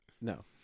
no